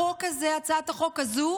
החוק הזה, הצעת החוק הזו,